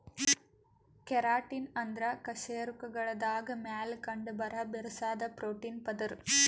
keratin ಅಂದ್ರ ಕಶೇರುಕಗಳ್ದಾಗ ಮ್ಯಾಲ್ ಕಂಡಬರಾ ಬಿರ್ಸಾದ್ ಪ್ರೋಟೀನ್ ಪದರ್